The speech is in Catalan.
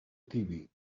tibi